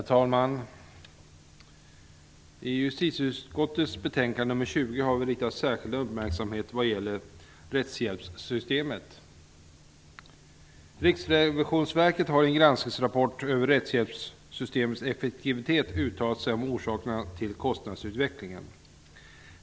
Herr talman! I justitieutskottets betänkande nr 20 har vi riktat särskild uppmärksamhet mot rättshjälpssystemet. Riksrevisionsverket har i en granskningsrapport över rättshjälpssystemets effektivitet uttalat sig om orsakerna till kostnadsutvecklingen.